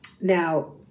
now